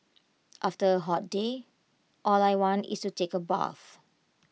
after A hot day all I want is to take A bath